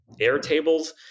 Airtables